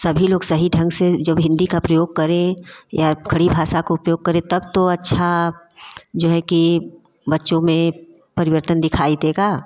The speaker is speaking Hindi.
सभी लोग सही ढंग से जब हिंदी का प्रयोग करें या खड़ी भाषा का उपयोग करें तब तो अच्छा जो है कि बच्चों में परिवर्तन दिखाई देगा